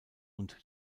und